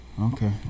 Okay